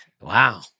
Wow